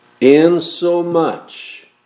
insomuch